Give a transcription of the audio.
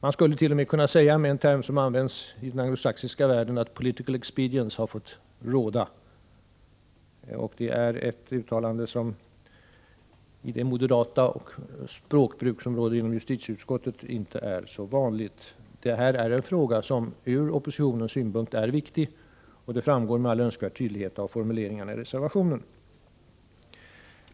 Man skulle t.o.m. kunna säga med en term som används i den anglosaxiska världen att political expedience har fått råda. Det är ett uttalande som, med det moderata språkbruk som råder inom justitieutskottet, inte är så vanligt. Det här är en fråga som ur oppositionens synpunkt är viktig, och det framgår med all önskvärd tydlighet av formuleringarna i reservationen.